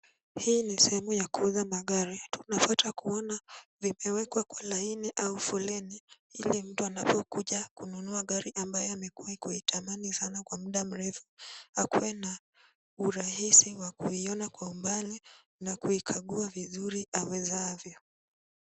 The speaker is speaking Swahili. Hii ni sehemu ya kuuza magari. Tunapata kuona limewekwa kwa laini au foleni ili mtu anapokuja kununua gari ambayo amekuwa akiitamani sana kwa muda mrefu, akuwe na urahisi wa kuiona kwa umbali na kuikagua vizuri awezavyo.